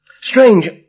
Strange